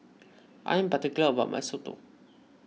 I am particular about my Soto